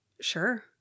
Sure